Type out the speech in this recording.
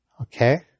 Okay